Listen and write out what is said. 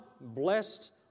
blessed